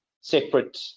separate